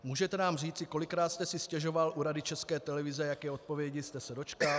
Můžete nám říci, kolikrát jste si stěžoval u Rady České televize a jaké odpovědi jste se dočkal?